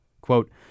Quote